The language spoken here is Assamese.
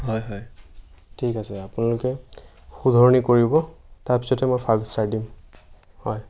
হয় হয় ঠিক আছে আপোনালোকে শুধৰণি কৰিব তাৰপিছতহে মই ফাইভ ষ্টাৰ দিম হয়